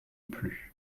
plus